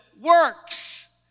works